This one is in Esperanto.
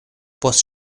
post